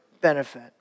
benefit